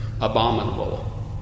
abominable